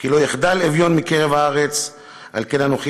"כי לא יחדל אביון מקרב הארץ על כן אנכי